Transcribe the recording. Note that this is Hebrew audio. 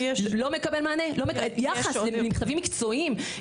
לא מקבל יחס למכתבים מקצועיים.